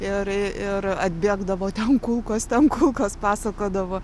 ir ir atbėgdavo ten kulkos ten kulkos pasakodavo